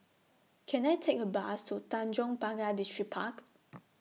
Can I Take A Bus to Tanjong Pagar Distripark